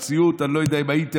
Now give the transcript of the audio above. המציאות, אני לא יודע אם הייתם.